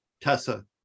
Tessa